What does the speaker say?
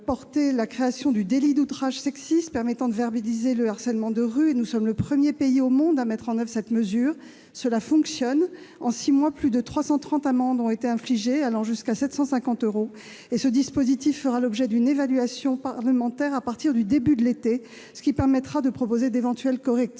loi créant le délit d'outrage sexiste, permettant de verbaliser le harcèlement de rue. La France est le premier pays au monde à mettre en oeuvre cette mesure. Et cela fonctionne : en six mois, plus de 330 amendes, allant jusqu'à 750 euros, ont été infligées. Ce dispositif fera l'objet d'une évaluation parlementaire à partir du début de l'été, ce qui permettra de proposer d'éventuels correctifs.